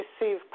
receive